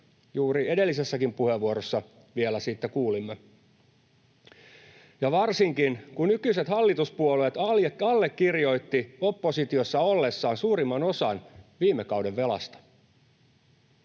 juuri edellisessäkin puheenvuorossa siitä vielä kuulimme — ja varsinkin, kun nykyiset hallituspuolueet allekirjoittivat oppositiossa ollessaan suurimman osan viime kauden velasta.